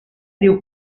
diu